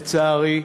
לצערי,